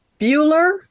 Bueller